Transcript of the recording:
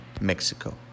Mexico